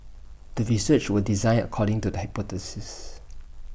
the research was designed according to the hypothesis